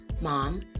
mom